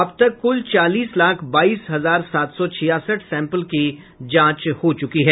अब तक कूल चालीस लाख बाईस हजार सात सौ छियासठ सैंपल की जांच हो चुकी है